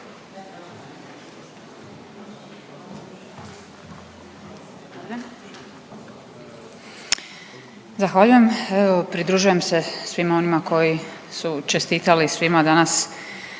Zahvaljujem, evo pridružujem se svima onima koji su čestitali svima danas